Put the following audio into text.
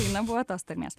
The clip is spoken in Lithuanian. daina buvo tos tarmės